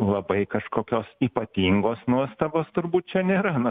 labai kažkokios ypatingos nuostabos turbūt čia nėra na